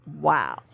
Wow